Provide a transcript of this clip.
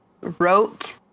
wrote